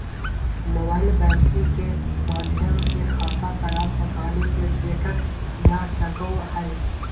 mobile banking के माध्यम से खाता सारांश आसानी से देखल जा सको हय